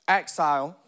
exile